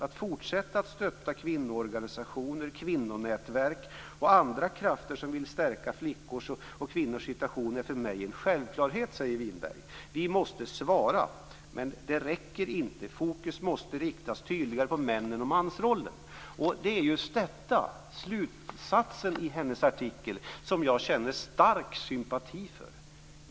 "Att fortsätta att stötta kvinnoorganisationer, kvinnonätverk och andra krafter som vill stärka flickors och kvinnors situation är för mig en självklarhet. Vi måste svara. Men det räcker inte. Fokus måste också riktas tydligare på männen och mansrollen." Det är just slutsatsen i Margareta Winbergs artikel som jag känner stark sympati för.